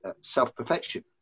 self-perfection